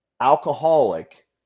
alcoholic